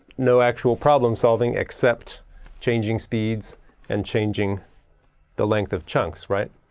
no actual problem solving except changing speeds and changing the length of chunks right?